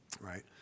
right